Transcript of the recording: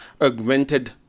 augmented